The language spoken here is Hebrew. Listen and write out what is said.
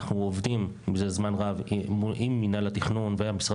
אנחנו עובדים זה זמן רב עם מנהל התכנון ועם המשרד